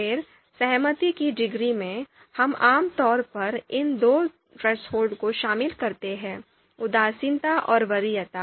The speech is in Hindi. फिर सहमति की डिग्री में हम आम तौर पर इन दो थ्रेसहोल्ड को शामिल करते हैं उदासीनता और वरीयता